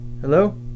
Hello